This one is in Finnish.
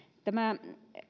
tämä